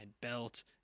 Belt